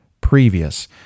previous